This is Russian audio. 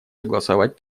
согласовать